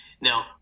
now